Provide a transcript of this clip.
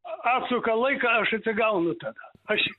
atsuka laiką aš atsigaunu tada aš